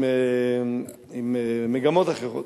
עם מגמות אחרות.